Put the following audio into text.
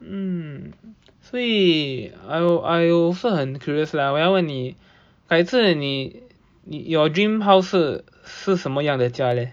mm 所以 I I also 我是很 curious lah 我要问你改次你你 your dream house 是是什么样的家 leh